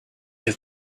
have